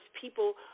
people